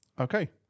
Okay